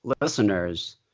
listeners